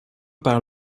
par